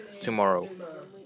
tomorrow